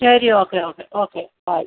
ശരി okay okay okay by